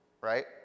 right